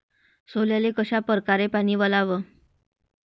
सोल्याले कशा परकारे पानी वलाव?